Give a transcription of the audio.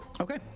Okay